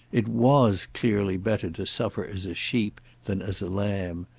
it was clearly better to suffer as a sheep than as a lamb.